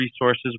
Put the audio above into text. resources